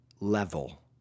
level